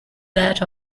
that